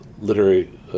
literary